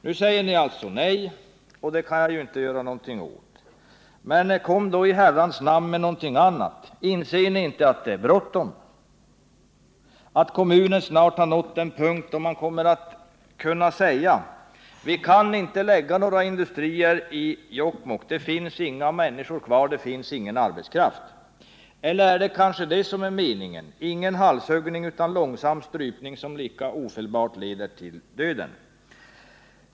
Ni säger nej och det kan jag inte göra något åt. Men kom då i Herrans namn med något annat! Inser ni inte att det är bråttom? Att kommunen snart har nått den punkt då man kommer att tvingas säga: Vi kan inte lägga några industrier i Jokkmokk, det finns ingen arbetskraft kvar. Eller är det kanske det som är meningen? Ingen halshuggning, utan långsam strypning, som lika ofelbart leder till döden?